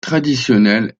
traditionnel